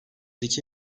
iki